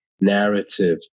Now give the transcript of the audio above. narrative